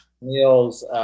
Neil's